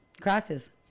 Crosses